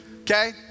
Okay